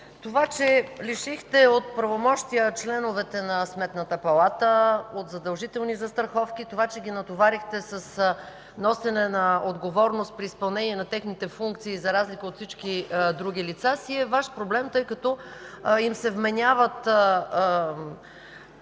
това, че лишихте от правомощия членовете на Сметната палата, от задължителни застраховки, това, че ги натоварихте с носене на отговорност при изпълнение на техните функции за разлика от всички други лица, си е Ваш проблем, тъй като им се вменяват